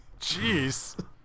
Jeez